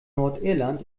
nordirland